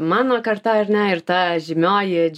mano karta ar ne ir ta žymioji